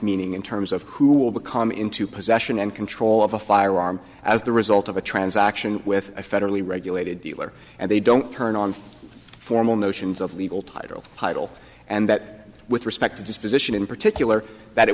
meaning in terms of who will become into possession and control of a firearm as the result of a transaction with a federally regulated dealer and they don't turn on formal notions of legal title hydel and that with respect to disposition in particular that it